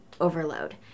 overload